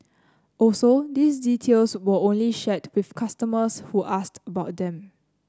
also these details were only shared with customers who asked about them